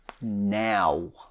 Now